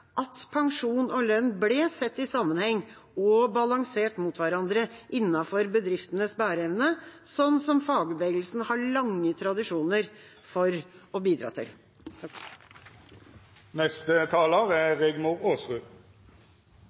at pensjon og lønn ble sett i sammenheng og balansert mot hverandre innenfor bedriftenes bæreevne, sånn som fagbevegelsen har lange tradisjoner for å bidra til. I debatten har vi hørt at det er